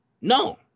No